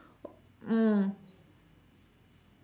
mm